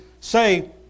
say